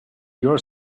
your